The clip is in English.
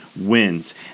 wins